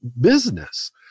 business